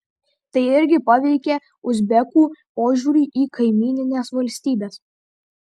tai irgi paveikė uzbekų požiūrį į kaimynines valstybes